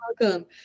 welcome